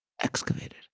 excavated